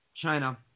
China